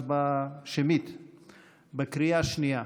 הצבעה שמית בקריאה שנייה.